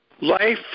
Life